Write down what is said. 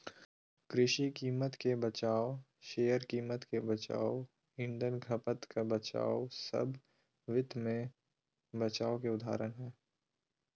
कृषि कीमत के बचाव, शेयर कीमत के बचाव, ईंधन खपत के बचाव सब वित्त मे बचाव के उदाहरण हय